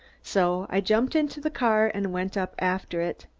so i jumped into the car and went up after it.